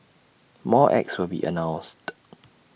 more acts will be announced